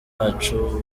wacu